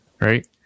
right